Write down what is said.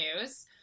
news